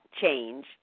change